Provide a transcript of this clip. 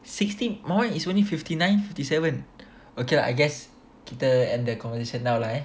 sixty mine is only fifty nine fifty seven okay lah I guess kita end the conversation now lah eh